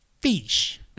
Fish